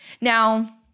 Now